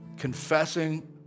confessing